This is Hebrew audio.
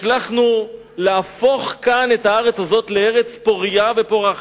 הצלחנו להפוך כאן את הארץ הזאת לארץ פורייה ופורחת.